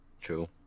True